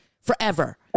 Forever